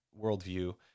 worldview